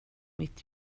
mitt